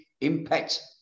impact